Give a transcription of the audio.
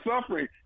suffering